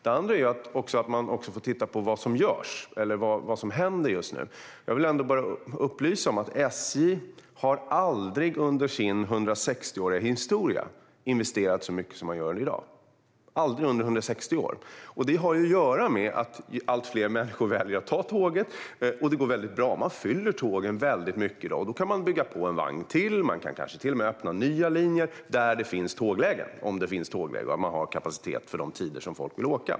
En annan sak är att man ska titta på vad som görs och vad som händer just nu. Då vill jag bara upplysa om att SJ aldrig under sin 160-åriga historia har investerat så mycket som de gör i dag. Det har att göra med att allt fler väljer att ta tåget. Det går bra nu, och man fyller tågen. Då kan man bygga på med en vagn och till och med öppna nya linjer om det finns tågläge och kapacitet för de tider som folk vill åka.